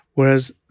Whereas